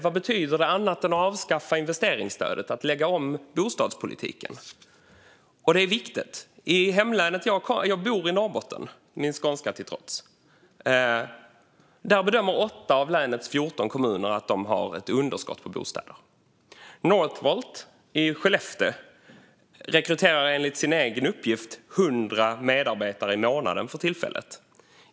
Vad menar man med att lägga om bostadspolitiken annat än att avskaffa investeringsstödet? Jag bor i Norrbotten, min skånska till trots. Där bedömer 8 av länets 14 kommuner att de har underskott på bostäder. Northvolt i Skellefteå rekryterar enligt egen uppgift 100 medarbetare i månaden för tillfället.